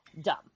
dumb